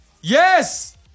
Yes